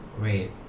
great